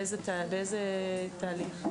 באיזה תהליך?